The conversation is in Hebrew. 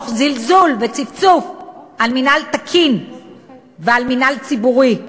תוך זלזול וצפצוף על מינהל תקין ועל מינהל ציבורי.